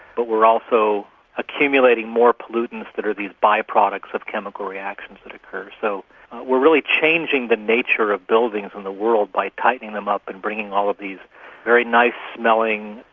but we are also accumulating more pollutants that are these byproducts of chemical reactions that occur. so we're really changing the nature of buildings in the world by tightening them up and bringing all of these very nice-smelling,